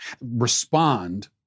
respond